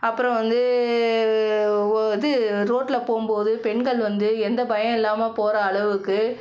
அப்புறம் வந்து ஒ இது ரோட்டில் போகும்போது பெண்கள் வந்து எந்த பயம் இல்லாமல் போகிற அளவுக்கு